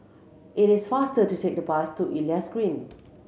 it is faster to take the bus to Elias Green